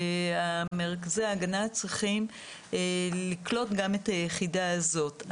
מרכזי ההגנה צריכים לקלוט גם את היחידה הזאת,